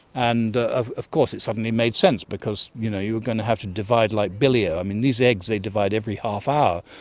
and of of course it suddenly made sense because you know you are going to have to divide like billy-o. i mean, these eggs divide every half hour,